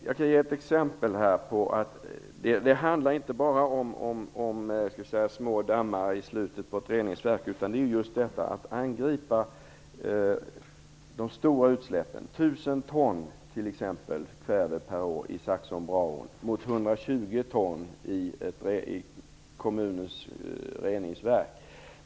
Jag kan ge ett exempel på att det inte bara handlar om små dammar i slutet på ett reningsverk, utan att det handlar om att angripa de stora utsläppen, t.ex. 1 000 ton kväve per år i Saxån-Braån mot 120 ton i kommunens reningsverk.